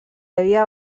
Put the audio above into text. havia